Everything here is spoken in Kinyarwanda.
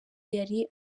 yari